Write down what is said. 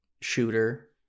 shooter